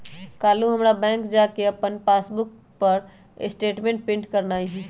काल्हू हमरा बैंक जा कऽ अप्पन पासबुक पर स्टेटमेंट प्रिंट करेनाइ हइ